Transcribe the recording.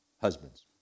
Husbands